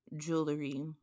jewelry